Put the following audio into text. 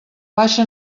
baixa